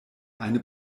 eine